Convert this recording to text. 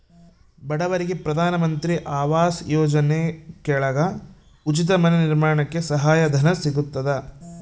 ಬಡವರಿಗೆ ಪ್ರಧಾನ ಮಂತ್ರಿ ಆವಾಸ್ ಯೋಜನೆ ಕೆಳಗ ಉಚಿತ ಮನೆ ನಿರ್ಮಾಣಕ್ಕೆ ಸಹಾಯ ಧನ ಸಿಗತದ